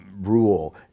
rule